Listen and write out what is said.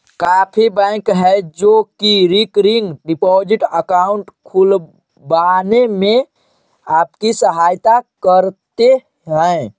काफी बैंक हैं जो की रिकरिंग डिपॉजिट अकाउंट खुलवाने में आपकी सहायता करते हैं